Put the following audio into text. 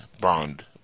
Bond